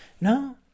no